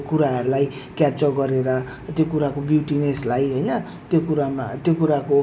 by six thirty again हामी evening हामी आफ्नो जग्गामा वापस आएको थियौँ यसरी हाम्रो